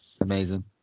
amazing